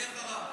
אני אחריו.